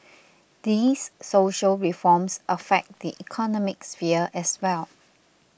these social reforms affect the economic sphere as well